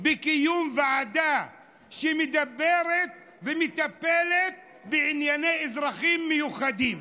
בקיום ועדה שמדברת ומטפלת בענייני אזרחים מיוחדים?